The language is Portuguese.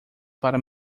para